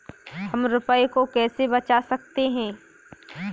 हम रुपये को कैसे बचा सकते हैं?